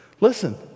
listen